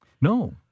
no